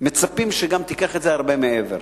מצפים שגם תיקח את זה הרבה מעבר.